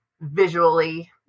visually